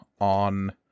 on